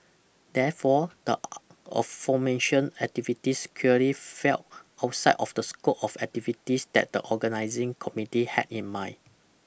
therefore the aforementioned activities clearly fell outside of the scope of activities that the organising committee had in mind